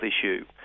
issue